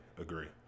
agree